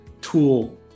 tool